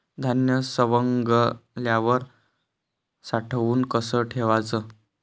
धान्य सवंगल्यावर साठवून कस ठेवाच?